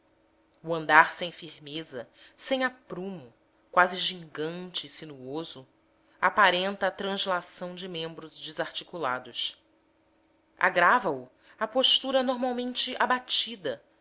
o andar sem firmeza sem aprumo quase gigante e sinuoso aparenta a translação de membros desarticulados agravao a postura normalmente abatida